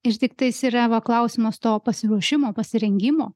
ir tiktais yra va klausimas to pasiruošimo pasirengimo